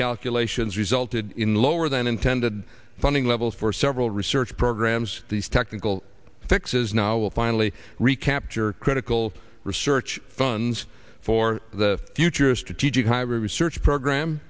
calculations resulted in lower than intended funding levels for several research programs these technical fixes now will finally recapture critical research funds for the future strategic high research program